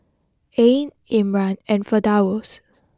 Ain Imran and Firdaus